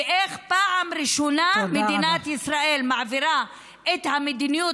ואיך פעם ראשונה מדינת ישראל מעבירה את המדיניות